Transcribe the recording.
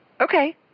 Okay